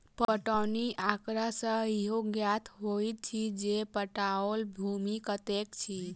पटौनी आँकड़ा सॅ इहो ज्ञात होइत अछि जे पटाओल भूमि कतेक अछि